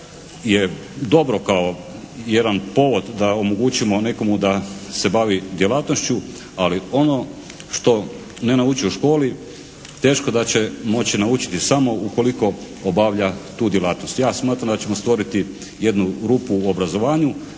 je dobro kao jedan povod da omogućimo nekome da se bavi djelatnošću, ali ono što ne nauči u školi teško da će naučiti samo ukoliko obavlja tu djelatnost. Ja smatram da ćemo stvoriti jednu rupu u obrazovanju.